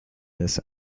this